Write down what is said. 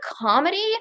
comedy